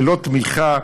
ללא תמיכה,